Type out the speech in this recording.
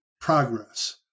progress